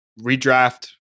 Redraft